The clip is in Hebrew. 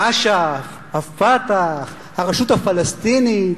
אש"ף, ה"פתח", הרשות הפלסטינית.